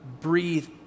breathe